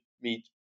meet